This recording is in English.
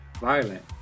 violent